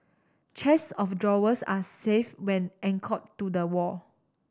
chests of drawers are safe when anchor to the wall